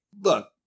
look